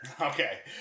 Okay